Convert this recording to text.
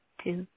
two